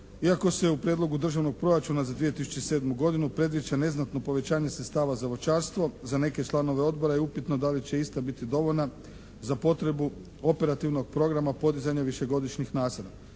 Iako se u Prijedlogu državnog proračuna za 2007. godinu predviđa neznatno povećanje sredstava za voćarstvo za neke članove odbora je upitno da li će ista biti dovoljna za potrebu operativnog programa podizanja višegodišnjih nasada.